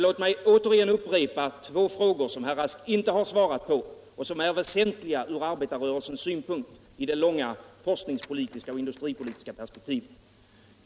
Låt mig återigen upprepa två frågor som herr Rask inte har svarat 173 på och som är väsentliga ur arbetarrörelsens synpunkt i det långa forskningspolitiska och industripolitiska perspektivet.